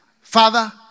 Father